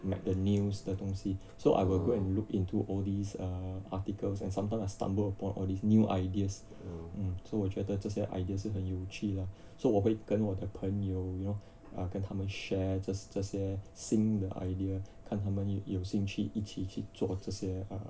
like the news 的东西 so I will go and look into all these err articles and sometimes I stumble upon all these new ideas hmm so 我觉得这些 ideas 是很有趣 lah so 我会跟我的朋友 you know 跟他们 share 这些这些新的 idea 看他们有兴趣一起去做这些